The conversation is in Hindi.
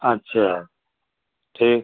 अच्छा ठीक